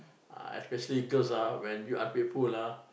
especially girls ah when you I play pool ah